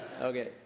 Okay